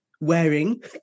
wearing